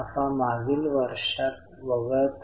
आता दिलेला आयकर कमी केला जाईल तो 1000 आहे